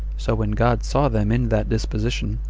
so when god saw them in that disposition,